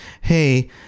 hey